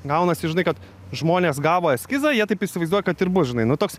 gaunasi žinai kad žmonės gavo eskizą jie taip įsivaizduoja kad ir bus žinai nu toks